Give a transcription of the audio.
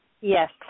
Yes